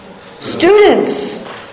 students